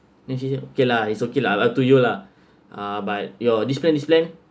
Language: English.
then he say okay lah it's okay lah up to you lah uh but your this plan this plan